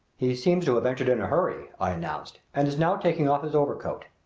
he seems to have entered in a hurry, i announced, and is now taking off his overcoat.